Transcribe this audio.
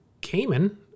Cayman